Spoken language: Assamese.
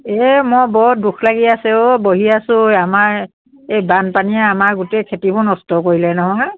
এই মই বৰ দুখ লাগি আছে অ' বহি আছোঁ আমাৰ এই বানপানীয়ে আমাৰ গোটেই খেতিবোৰ নষ্ট কৰিলে নহয়